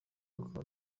rukaba